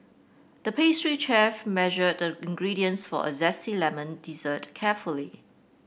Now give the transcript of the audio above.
the pastry chef measured the ingredients for a zesty lemon dessert carefully